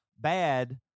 bad